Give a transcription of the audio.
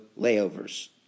layovers